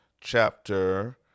chapter